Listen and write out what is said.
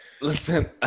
Listen